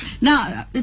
now